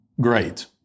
great